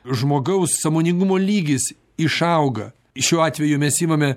žmogaus sąmoningumo lygis išauga šiuo atveju mes imame